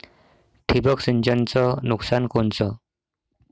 ठिबक सिंचनचं नुकसान कोनचं?